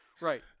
Right